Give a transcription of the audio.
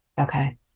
okay